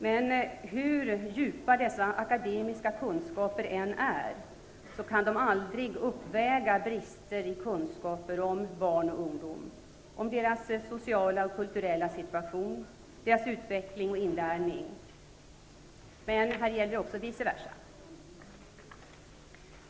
Men hur djupa dessa akademiska kunskaper än är kan de dock aldrig uppväga brister i kunskaper om barn och ungdom, om deras sociala och kulturella situation, om deras utveckling och inlärning. Men här gäller också vice versa.